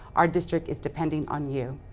our district is depending on you.